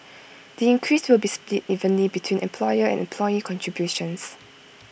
the increase will be split evenly between employer and employee contributions